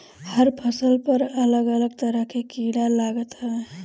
हर फसल पर अलग अलग तरह के कीड़ा लागत हवे